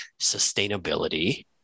sustainability